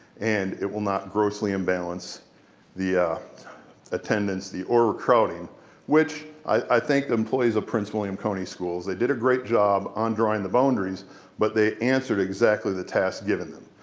and it will not grossly imbalance the ah attendance, the overcrowding which i think employees of prince william county schools, they did a great job on drawing the boundaries but they answered exactly the tasks given them,